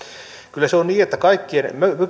kyllä se on niin että kaikkien